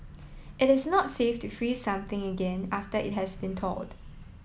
it is not safe to freeze something again after it has been thawed